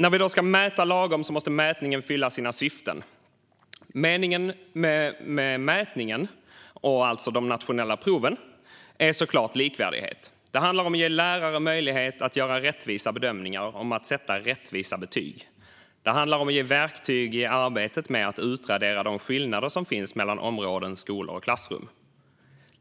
När vi ska mäta lagom måste mätningen fylla sina syften. Meningen med mätningen, alltså de nationella proven, är såklart likvärdighet. Det handlar om att ge lärare möjlighet att göra rättvisa bedömningar och sätta rättvisa betyg. Det handlar om att ge verktyg i arbetet med att utvärdera de skillnader som finns mellan områden, skolor och klassrum.